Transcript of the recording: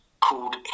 called